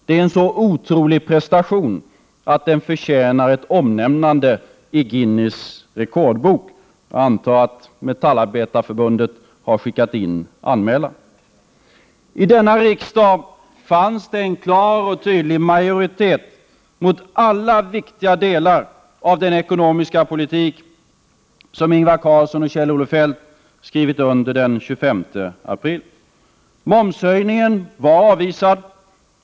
Det är en så otrolig prestation att den förtjänar ett omnämnande i Guinness rekordbok.” Jag antar att Metallarbetareförbundet har skickat in en anmälan. I denna riksdag fanns det en klar och tydlig majoritet mot alla viktiga delar av den ekonomiska politik som Ingvar Carlsson och Kjell-Olof Feldt skrev under den 25 april. Momshöjningen var avvisad.